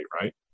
right